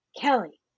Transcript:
Kelly